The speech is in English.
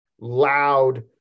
loud